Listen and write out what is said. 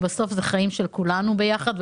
בסוף זה חיים של כולנו ביחד,